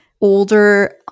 older